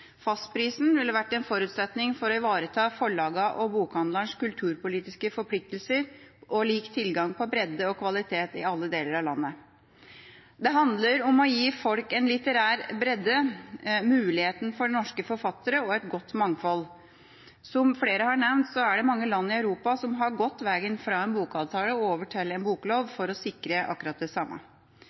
Fastprisen er en forutsetning for å ivareta forlagenes og bokhandlernes kulturpolitiske forpliktelser og lik tilgang på bredde og kvalitet i alle deler av landet. Det handler om å gi folk en litterær bredde – mulighet for norske forfattere og et godt mangfold. Som flere har nevnt, er det mange land i Europa som har gått veien fra bokavtale til boklov for å sikre akkurat det samme.